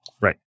Right